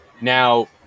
Now